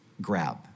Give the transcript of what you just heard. grab